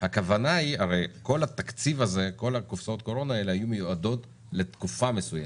הקורונה האלו היו מיועדות לתקופה מסוימת.